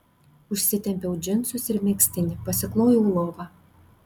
užsitempiau džinsus ir megztinį pasiklojau lovą